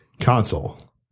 console